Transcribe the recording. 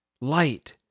light